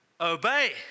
obey